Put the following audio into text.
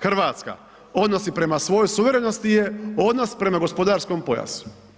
Hrvatska odnosi prema svojoj suverenosti je odnos prema gospodarskom pojasu.